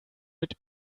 mit